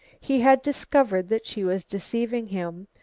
he had discovered that she was deceiving him,